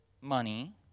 money